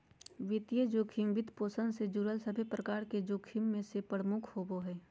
वित्तीय जोखिम, वित्तपोषण से जुड़ल सभे प्रकार के जोखिम मे से प्रमुख होवो हय